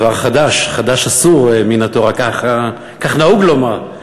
דבר חדש, חדש אסור מן התורה, כך נהוג לומר.